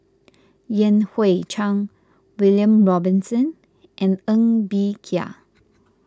Yan Hui Chang William Robinson and Ng Bee Kia